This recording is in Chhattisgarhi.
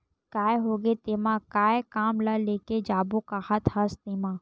काय होगे तेमा काय काम ल लेके जाबो काहत हस तेंमा?